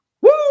Woo